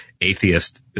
atheist